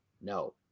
No